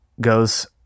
goes